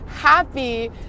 happy